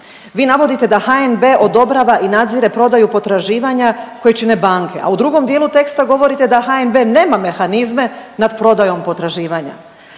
Vi navodite da HNB odobrava i nadzire prodaju potraživanja koji čine banke, u drugom dijelu teksta govorite da HNB nema mehanizme nad prodajom potraživanja.